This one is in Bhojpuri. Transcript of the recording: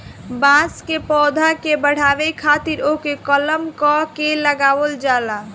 बांस के पौधा के बढ़ावे खातिर ओके कलम क के लगावल जाला